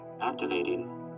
Activating